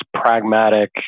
pragmatic